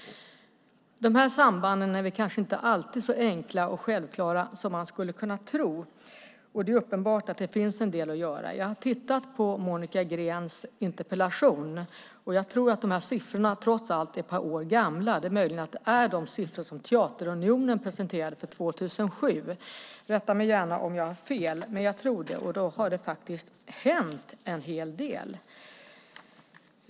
De här sambanden är kanske inte alltid så enkla och självklara som man skulle kunna tro, och det är uppenbart att det finns en del att göra. Jag har tittat på Monica Greens interpellation, och jag tror att de här siffrorna trots allt är ett par år gamla. Det är möjligt att det är de siffror som Teaterunionen presenterade för 2007. Rätta mig gärna om jag har fel, men jag tror det, och då har det faktiskt hänt en hel del.